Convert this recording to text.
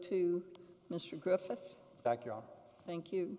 to mr griffith backyard thank you